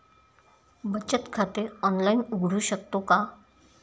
बचत खाते ऑनलाइन उघडू शकतो का?